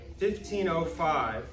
1505